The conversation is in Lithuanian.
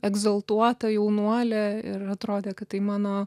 egzaltuota jaunuolė ir atrodė kad tai mano